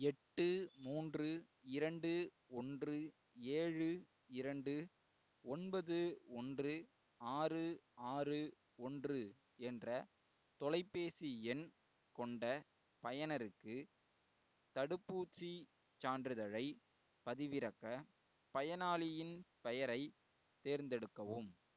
எட்டு மூன்று இரண்டு ஒன்று ஏழு இரண்டு ஒன்பது ஒன்று ஆறு ஆறு ஒன்று என்ற தொலைபேசி எண் கொண்ட பயனருக்கு தடுப்பூசிச் சான்றிதழைப் பதிவிறக்க பயனாளியின் பெயரைத் தேர்ந்தெடுக்கவும்